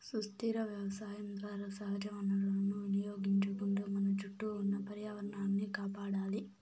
సుస్థిర వ్యవసాయం ద్వారా సహజ వనరులను వినియోగించుకుంటూ మన చుట్టూ ఉన్న పర్యావరణాన్ని కాపాడాలి